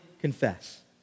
confess